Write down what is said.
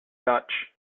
dutch